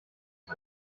ist